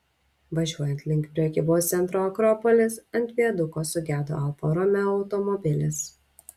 važiuojant link prekybos centro akropolis ant viaduko sugedo alfa romeo automobilis